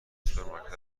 سوپرمارکت